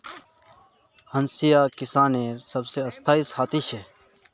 हंसिया किसानेर सबसे स्थाई साथी छे